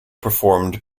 performed